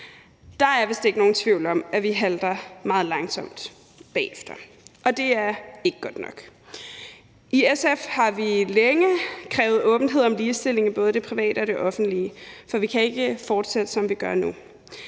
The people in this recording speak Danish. Der er vist ikke nogen tvivl om, at vi halter meget langt bagefter, og det er ikke godt nok. I SF har vi længe krævet åbenhed om ligestilling i både det private og det offentlige, for vi kan ikke fortsætte, som vi gør nu.